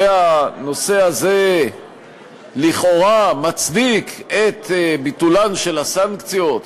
והנושא הזה לכאורה מצדיק את ביטולן של הסנקציות,